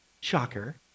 shocker